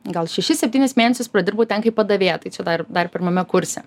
gal šešis septynis mėnesius pradirbau ten kaip padavėja tai čia dar dar pirmame kurse